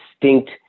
distinct